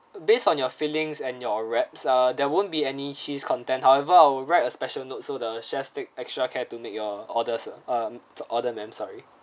based on your filings and your wraps ah there won't be any cheese content however I'll write a special note so the chefs take extra care to make your orders sir um the order ma'am sorry